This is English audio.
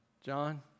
John